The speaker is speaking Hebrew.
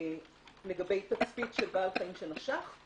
לגבי תצפית של בעל חיים שנשך,